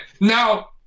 Now